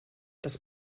das